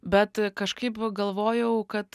bet a kažkaip galvojau kad